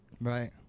Right